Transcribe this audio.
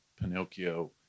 Pinocchio